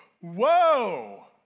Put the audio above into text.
whoa